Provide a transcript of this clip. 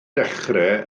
dechrau